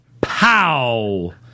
Pow